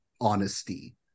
honesty